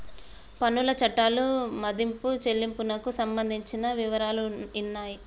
పన్నుల చట్టాలు మదింపు చెల్లింపునకు సంబంధించిన వివరాలు ఉన్నాయి